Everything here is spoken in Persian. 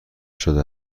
شده